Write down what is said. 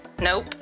Nope